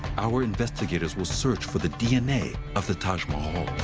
our investigators will search for the dna of the taj mahal.